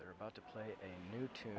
they're about to play a new to